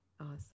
Awesome